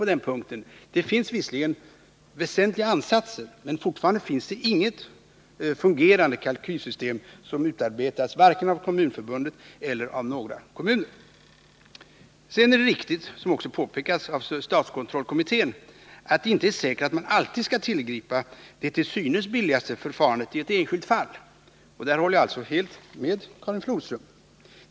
Väsentliga ansatser har visserligen gjorts, men fortfarande har varken Kommunförbundet eller några kommuner utarbetat något fungerande kalkylsystem. Sedan är det riktigt, som även påpekats av statskontrollkommittén, att det inte är säkert att man alltid skall tillgripa det till synes billigaste förfarandet i ett enskilt fall. Det håller jag alltså helt med Karin Flodström om.